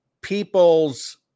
people's